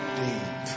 deep